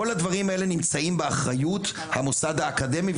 כל הדברים האלה נמצאים באחריות המוסד האקדמי,